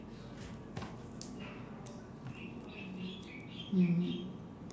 mmhmm